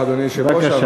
אדוני היושב-ראש,